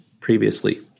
previously